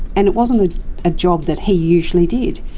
and it wasn't a job that he usually did,